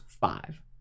five